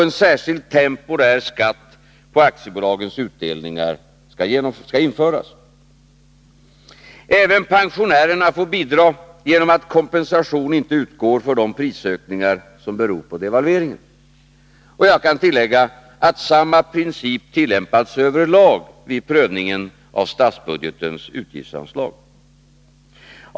En särskild, temporär skatt på aktiebolagens utdelningar skall vidare införas. Även pensionärerna får bidra genom att kompensation inte utgår för de prisökningar som beror på devalveringen. Jag kan tillägga att samma princip tillämpats över lag vid prövningen av statsbudgetens utgiftsanslag.